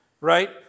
Right